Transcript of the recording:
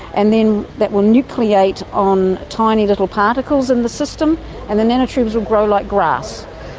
and then that will nucleate on tiny little particles in the system and the nanotubes will grow like grass.